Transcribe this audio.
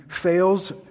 fails